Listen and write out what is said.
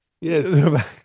Yes